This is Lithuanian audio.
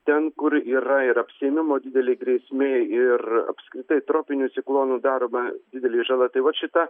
ten kur yra ir apsėmimo didelė grėsmė ir apskritai tropinių ciklonų daroma didelė žala tai vat šita